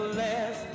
last